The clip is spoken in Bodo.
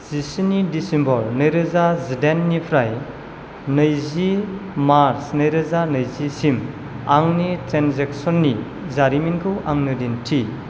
जिस्नि डिसेम्बर नैरोजा जिदाइननिफ्राय नैजि मार्च नैरोजा नैजिसिम आंनि ट्रेन्जेक्सननि जारिमिनखौ आंनो दिन्थि